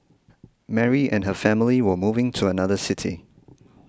Mary and her family were moving to another city